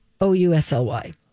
O-U-S-L-Y